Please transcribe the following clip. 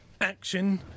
Action